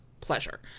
pleasure